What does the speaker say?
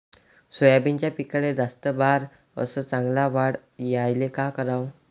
सोयाबीनच्या पिकाले जास्त बार अस चांगल्या वाढ यायले का कराव?